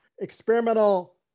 experimental